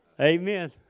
Amen